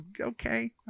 okay